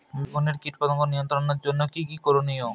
বেগুনে কীটপতঙ্গ নিয়ন্ত্রণের জন্য কি কী করনীয়?